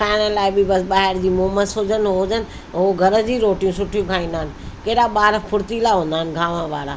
खाइण लाइ बि बसि ॿाहिरि जी मोमस हुजनि उहो हुजनि उहो घर जी रोटियूं सुठियूं खाईंदा आहिनि कहिड़ा ॿार फुर्तीला हूंदा आहिनि गांव वारा